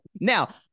Now